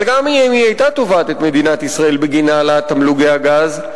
אבל גם אם היא היתה תובעת את מדינת ישראל בגין העלאת תמלוגי הגז,